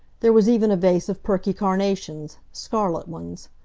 there was even a vase of perky carnations scarlet ones.